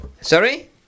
Sorry